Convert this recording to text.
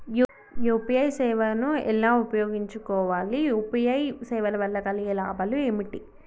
UPI సేవను ఎలా ఉపయోగించు కోవాలి? యూ.పీ.ఐ సేవల వల్ల కలిగే లాభాలు ఏమిటి?